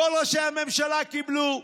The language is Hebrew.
כל ראשי הממשלה קיבלו.